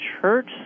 church